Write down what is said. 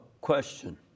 question